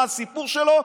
מה הסיפור שלו,